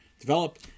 develop